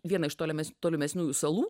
vieną iš tolimesnių tolimesniųjų salų